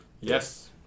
Yes